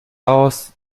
aus